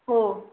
हो